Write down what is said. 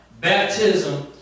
baptism